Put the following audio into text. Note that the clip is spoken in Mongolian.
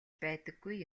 байдаггүй